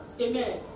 Amen